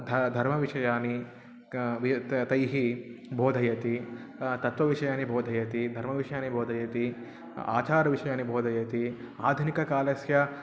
ध धर्मविषयाणि तैः बोधयति तत्वविषयाणि बोधयति धर्मविषयाणि बोधयति आचारविषयाणि बोधयति आधुनिककालस्य